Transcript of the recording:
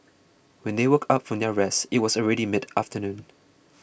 when they woke up from their rest it was already mid afternoon